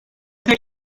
tek